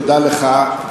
תודה לך,